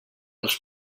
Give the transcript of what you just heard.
els